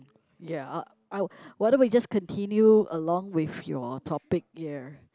ya I I why don't we just continue along with your topic yeah